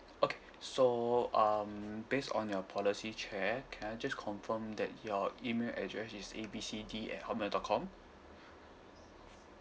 okay so um based on your policy chair can I just confirm that your email address is A B C D at hotmail dot com